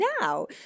now